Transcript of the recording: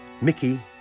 Mickey